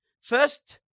First